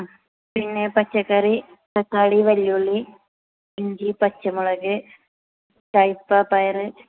ആ പിന്നെ പച്ചക്കറി തക്കാളി വലിയുള്ളി ഇഞ്ചി പച്ചമുളക് പരിപ്പ് പയർ